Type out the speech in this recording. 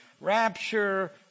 rapture